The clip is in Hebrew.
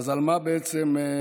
אז על מה בעצם מלינים?